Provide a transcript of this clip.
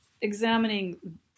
examining